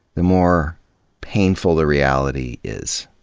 the more painful the reality is.